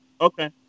Okay